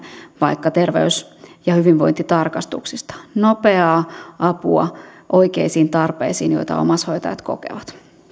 vaikka terveys ja hyvinvointitarkastuksista nopeaa apua oikeisiin tarpeisiin joita omaishoitajat kokevat no